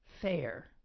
fair